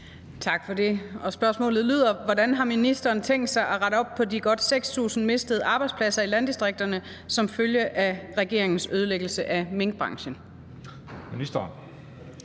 Tak for det. Spørgsmålet lyder: Hvordan har ministeren tænkt sig at rette op på de godt 6.000 mistede arbejdspladser i landdistrikterne som følge af regeringens ødelæggelse af minkbranchen?